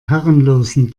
herrenlosen